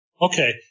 Okay